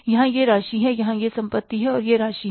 यहां यह राशि है यहां यह संपत्ति है और यह राशि है